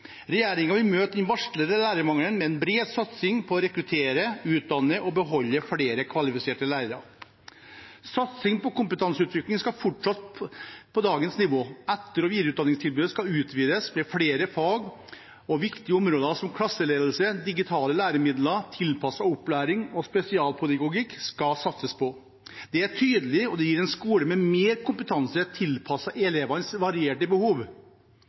vil møte den varslede lærermangelen med en bred satsing på å rekruttere, utdanne og beholde flere kvalifiserte lærere. Satsing på kompetanseutvikling skal fortsette på dagens nivå. Etter- og videreutdanningstilbudet skal utvides med flere fag og viktige områder som klasseledelse, digitale læremidler, tilpasset opplæring og spesialpedagogikk. Dette skal det satses på. Det er tydelig, og det gir en skole med mer kompetanse tilpasset elevenes varierte behov.